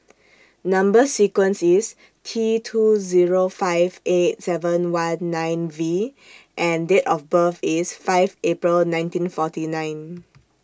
Number sequence IS T two Zero five eight seven one nine V and Date of birth IS five April nineteen forty nine